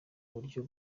buryo